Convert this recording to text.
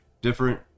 different